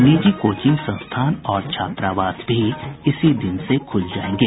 निजी कोचिंग संस्थान और छात्रावास भी इसी दिन से खुल जायेंगे